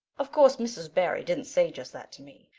of course, mrs. barry didn't say just that to me,